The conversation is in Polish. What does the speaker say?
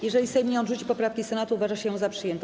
Jeżeli Sejm nie odrzuci poprawki Senatu, uważa się ją za przyjętą.